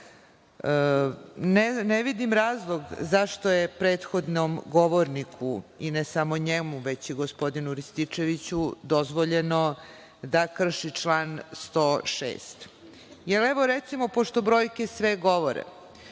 vidim razlog zašto je prethodno govorniku, i ne samo njemu, već i gospodinu Rističeviću, dozvoljeno da krši član 106. Jer, evo, recimo, pošto brojke sve govore,